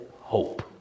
hope